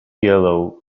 yellow